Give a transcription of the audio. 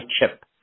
chip